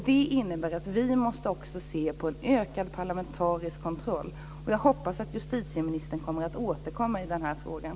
Det innebär att vi måste också se en ökad parlamentarisk kontroll. Jag hoppas att justitieministern kommer att återkomma i frågan.